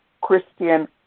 Christian